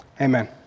Amen